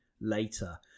later